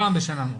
פעם בשנה.